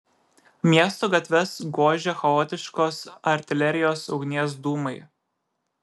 miesto gatves gožė chaotiškos artilerijos ugnies dūmai